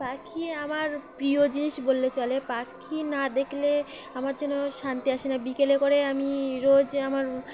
পাখি আমার প্রিয় জিনিস বললে চলে পাখি না দেখলে আমার যেন শান্তি আসে না বিকেলে করে আমি রোজ আমার